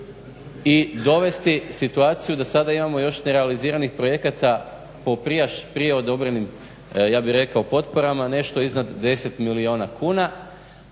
i dovesti situaciju. Do sada imamo još nerealiziranih projekata po prije odobrenim ja bih rekao potporama nešto iznad 10 milijuna kuna